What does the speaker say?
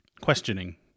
questioning